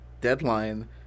deadline